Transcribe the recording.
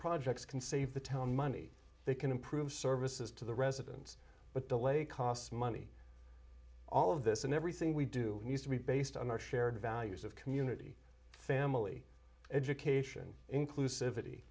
projects can save the town money they can improve services to the residents but delay costs money all of this and everything we do needs to be based on our shared values of community family education inclusive